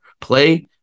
play